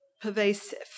pervasive